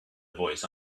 voice